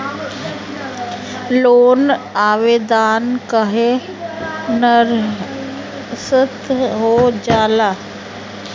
Loan आवेदन काहे नीरस्त हो जाला?